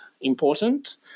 important